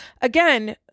again